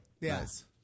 Yes